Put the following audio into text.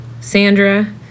Sandra